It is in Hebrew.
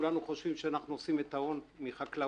כולנו חושבים שאנחנו עושים את ההון מחקלאות,